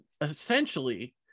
essentially